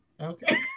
Okay